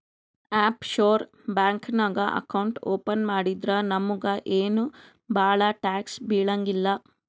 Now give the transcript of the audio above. of sure bank ನಾಗ್ account open ಮಾಡಿದ್ರ ನಮುಗ ಏನ್ ಭಾಳ ಟ್ಯಾಕ್ಸ್ ಬೀಳಂಗಿಲ್ಲ